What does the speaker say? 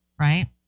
right